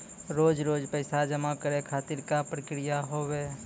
रोज रोज पैसा जमा करे खातिर का प्रक्रिया होव हेय?